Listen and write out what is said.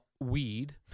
weed